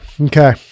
Okay